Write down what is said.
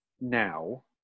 now